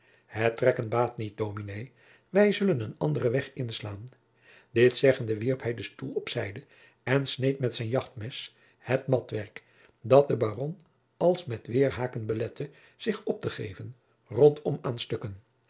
het trekken baat niet dominé wij zullen een anderen weg inslaan dit zeggende wierp hij den stoel op zijde en sneed met zijn jachtmes het matwerk dat den baron als met weêrhaken belette zich op te geven rondom aan stukken